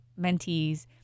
mentees